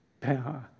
power